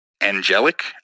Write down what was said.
angelic